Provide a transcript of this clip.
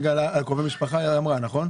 רגע, על קרובי משפחה היא אמרה, נכון?